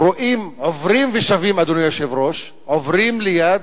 רואים עוברים ושבים, אדוני היושב-ראש, עוברים ליד,